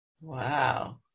wow